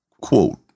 Quote